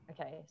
okay